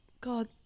God